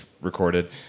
recorded